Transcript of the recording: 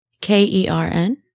K-E-R-N